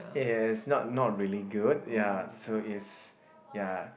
yes not not really good ya so is ya